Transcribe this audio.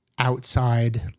outside